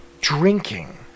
Drinking